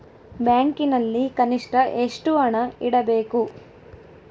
ಬ್ಯಾಂಕಿನಲ್ಲಿ ಕನಿಷ್ಟ ಎಷ್ಟು ಹಣ ಇಡಬೇಕು?